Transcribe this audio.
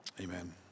amen